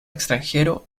extranjero